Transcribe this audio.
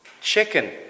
chicken